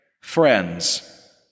friends